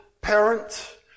parent